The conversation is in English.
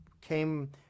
came